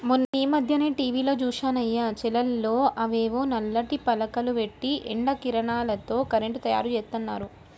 మొన్నీమధ్యనే టీవీలో జూశానయ్య, చేలల్లో అవేవో నల్లటి పలకలు బెట్టి ఎండ కిరణాలతో కరెంటు తయ్యారుజేత్తన్నారు